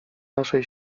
naszej